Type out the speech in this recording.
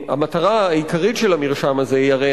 המטרה העיקרית של המרשם הזה היא הרי